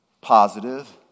positive